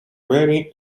beni